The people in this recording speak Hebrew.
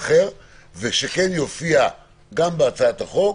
ושכן יופיע גם בהצעת החוק.